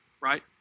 right